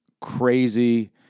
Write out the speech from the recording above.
crazy